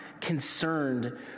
concerned